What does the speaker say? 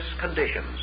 conditions